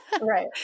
Right